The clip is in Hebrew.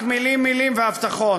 רק מילים, מילים והבטחות.